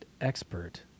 Expert